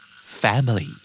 family